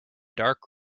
dark